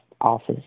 office